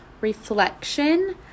reflection